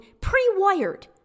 pre-wired